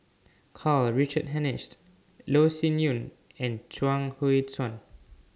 Karl Richard Hanitsch Loh Sin Yun and Chuang Hui Tsuan